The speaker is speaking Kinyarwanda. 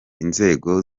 inzego